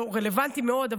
רלוונטי מאוד,